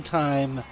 time